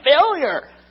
failure